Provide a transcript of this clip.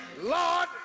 lord